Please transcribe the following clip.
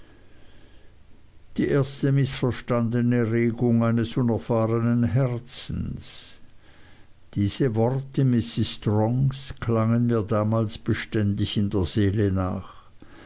die erste mißverstandene regung eines unerfahrnen herzens diese worte mrs strong klangen mir damals beständig in der seele nach